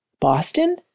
Boston